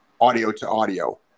audio-to-audio